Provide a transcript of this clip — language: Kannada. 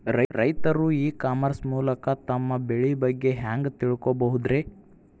ರೈತರು ಇ ಕಾಮರ್ಸ್ ಮೂಲಕ ತಮ್ಮ ಬೆಳಿ ಬಗ್ಗೆ ಹ್ಯಾಂಗ ತಿಳ್ಕೊಬಹುದ್ರೇ?